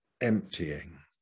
emptying